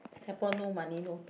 Singapore no money no talk